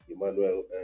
Emmanuel